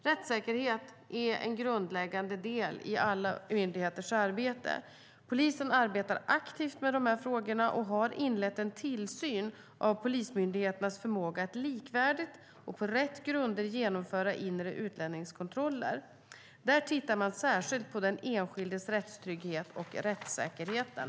Rättssäkerhet är en grundläggande del i alla myndigheters arbete. Polisen arbetar aktivt med dessa frågor och har inlett en tillsyn av polismyndigheternas förmåga att likvärdigt och på rätt grunder genomföra inre utlänningskontroller. Där tittar man särskilt på den enskildes rättstrygghet och på rättssäkerheten.